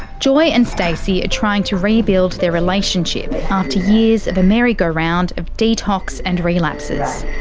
joy and stacey are trying to rebuild their relationship after years of a merry-go round of detox and relapses.